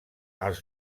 els